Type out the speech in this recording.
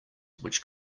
which